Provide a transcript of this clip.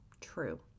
true